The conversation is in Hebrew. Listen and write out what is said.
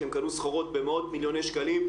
כי הם קנו סחורות במאות מיליוני שקלים,